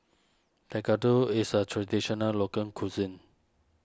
Tekkadon is a Traditional Local Cuisine